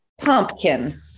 pumpkin